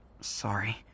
Sorry